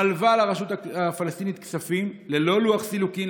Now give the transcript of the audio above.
מלווה לרשות הפלסטינית כספים ללא לוח סילוקין,